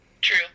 true